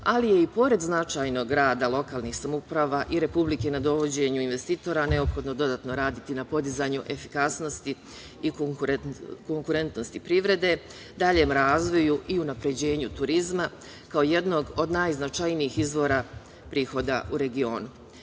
ali je i pored značajnog rada lokalnih samouprava i Republike na dovođenju investitora neophodno dodatno raditi na podizanju efikasnosti i konkurentnosti privrede, daljem razvoju i unapređenju turizma, kao jednog od najznačajnijih izvora prihoda u regionu. Posebno